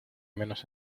menos